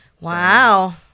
wow